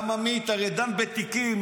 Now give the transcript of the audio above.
גם עמית הרי דן בתיקים,